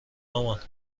مامان